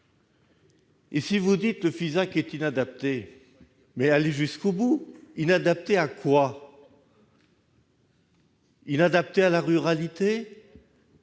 vous nous dites que le FISAC est inadapté, allez jusqu'au bout : inadapté à quoi ? Inadapté à la ruralité ?